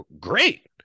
great